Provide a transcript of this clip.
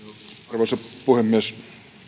arvoisa puhemies